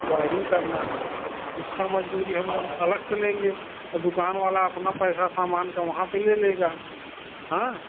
wiring करना है उसका मज़दूरी हम लोग अलग से लेंगे और दुकान वाला अपना पैसा सामान का वहाँ पर ले लेगा हाँ